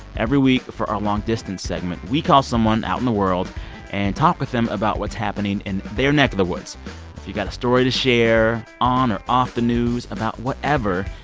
every week, for our long distance segment, we call someone out in the world and talk with them about what's happening in their neck of the woods. if you've got a story to share on or off the news, about whatever,